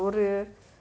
ஒரு:oru